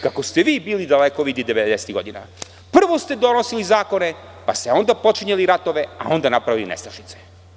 Kako ste vi bili dalekovidi 90-ih godina, prvo ste donosili zakone, pa ste onda počinjali ratove, a onda napravili nestašice.